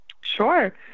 Sure